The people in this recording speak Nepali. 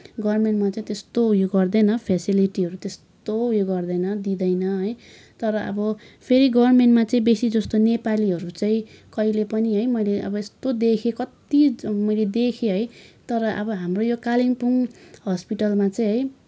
गभर्मेन्टमा चाहिँ त्यस्तो उयो गर्दैन फेसिलिटीहरू त्यस्तो उयो गर्दैन दिँदैन है फेरि गभर्मेन्टमा चाहिँ बेसीजस्तो नेपालीहरू चाहिँ कहिले पनि है मैले अब यस्तो देखेँ कति मैले देखेँ है तर अब हाम्रो यो कालिम्पोङ हस्पिटलमा चाहिँ है